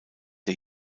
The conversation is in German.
der